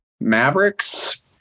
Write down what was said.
Mavericks